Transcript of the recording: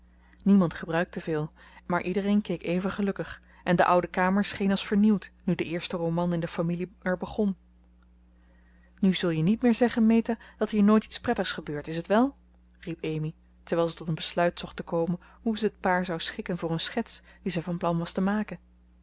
niemand gebruikte veel maar iedereen keek even gelukkig en de oude kamer scheen als vernieuwd nu de eerste roman in de familie er begon nu zul je niet meer zeggen meta dat hier nooit iets prettigs gebeurt is t wel riep amy terwijl ze tot een besluit zocht te komen hoe ze het paar zou schikken voor een schets die zij van plan was te maken